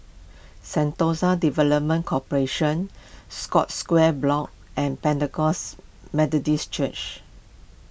Sentosa Development Corporation Scotts Square Block and Pentecost Methodist Church